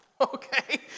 okay